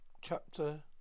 Chapter